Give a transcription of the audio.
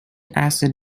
asset